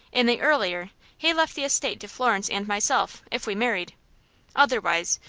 in the earlier, he left the estate to florence and myself, if we married otherwise,